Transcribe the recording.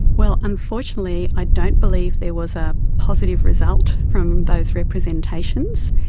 well, unfortunately i don't believe there was a positive result from those representations.